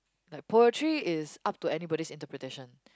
like peotry is up to anybody's interpretation